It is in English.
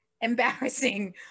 embarrassing